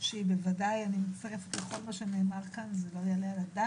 השאלה מדוע זה קרה ואני חייבת לומר פה בפני הוועדה שזה לא קרה כי